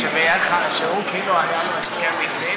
שהוא כאילו היה לו הסכם איתי,